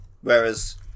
Whereas